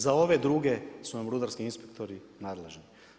Za ove druge su nam rudarski inspektori nadležni.